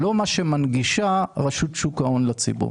ולא מה שמנגישה רשות שוק ההון לציבור.